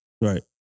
right